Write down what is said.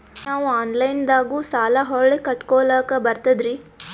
ನಾವು ಆನಲೈನದಾಗು ಸಾಲ ಹೊಳ್ಳಿ ಕಟ್ಕೋಲಕ್ಕ ಬರ್ತದ್ರಿ?